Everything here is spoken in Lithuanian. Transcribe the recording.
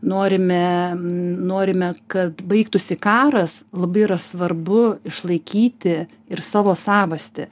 norime norime kad baigtųsi karas labai yra svarbu išlaikyti ir savo savastį